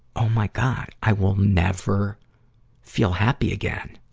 oh my god, i will never feel happy again.